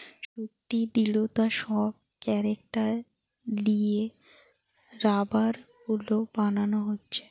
শক্তি, দৃঢ়তা সব ক্যারেক্টার লিয়ে রাবার গুলা বানানা হচ্ছে